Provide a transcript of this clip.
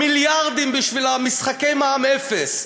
מיליארדים בשבילי משחקי מע"מ אפס.